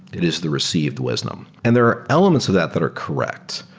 it is the received wisdom. and there are elements of that that are correct,